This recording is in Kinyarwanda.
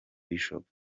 bishop